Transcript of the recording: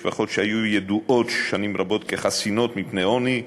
משפחות שהיו ידועות שנים רבות כחסינות מפני עוני,